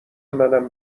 منم